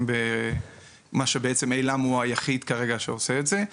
וצעירות ומה שבעצם אילם עושה והוא היחיד כרגע שעושה את זה.